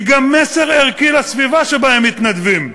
היא גם מסר ערכי לסביבה שבה הם מתנדבים.